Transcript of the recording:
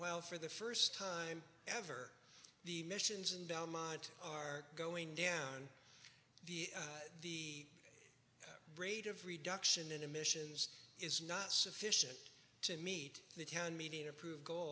well for the first time ever the missions in belmont are going down the rate of reduction in emissions is not sufficient to meet the town meeting approv